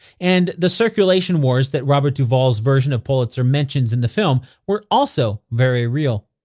and the circulation wars that robert duvall's version of pulitzer mentions in the film were also very real.